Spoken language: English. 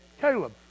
Caleb